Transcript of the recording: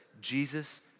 Jesus